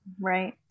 Right